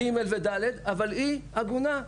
-- אבל היא עגונה,